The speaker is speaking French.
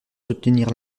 soutenir